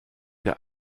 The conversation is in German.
der